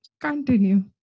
Continue